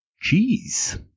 cheese